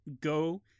go